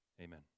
Amen